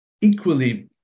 equally